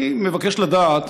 אני מבקש לדעת,